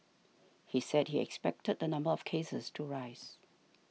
he said he expected the number of cases to rise